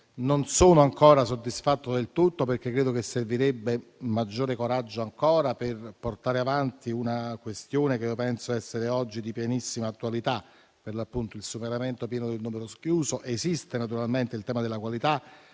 Non sono ancora soddisfatto del tutto, perché credo che servirebbe ancora maggiore coraggio per portare avanti una questione che penso essere oggi di pienissima attualità, per l'appunto il superamento pieno del numero chiuso. Esiste naturalmente il tema della qualità